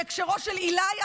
בהקשר של עילי,